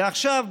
ועכשיו,